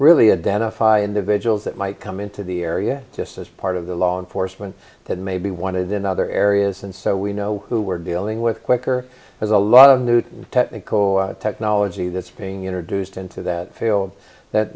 really identify individuals that might come into the area just as part of the law enforcement that may be wanted in other areas and so we know who we're dealing with quicker there's a lot of new technical technology that's being introduced into that field that